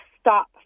stop